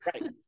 Right